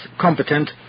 competent